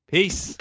Peace